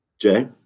Jay